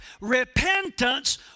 repentance